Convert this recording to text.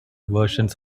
versions